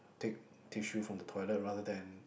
take tissue from the toilet rather than